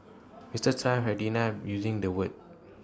Mister Trump has denied using the word